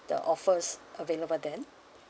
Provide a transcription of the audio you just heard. the offers available then